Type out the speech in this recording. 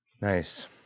Nice